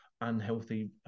unhealthy